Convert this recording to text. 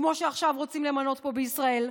כמו שעכשיו רוצים למנות פה בישראל,